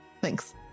Thanks